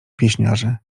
pieśniarzy